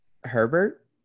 Herbert